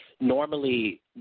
Normally